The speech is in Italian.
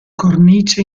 cornice